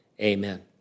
Amen